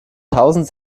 tausend